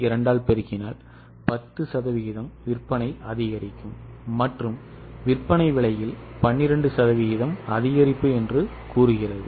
2 ஆல் பெருக்கினால் 10 சதவீதம் விற்பனை அதிகரிக்கும் மற்றும் விற்பனை விலையில் 12 சதவீதம் அதிகரிப்பு என்று கூறுகிறது